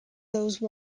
those